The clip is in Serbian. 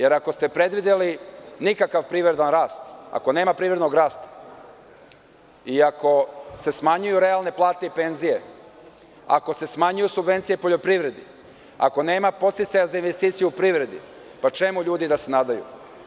Ako ste predvideli nikakav privredni rast, ako nema privrednog rasta i ako se smanjuju realne plate i penzije, ako se smanjuju subvencije poljoprivredi, ako nema podsticaja za investicije u privredi, pa čemu ljudi da se nadaju?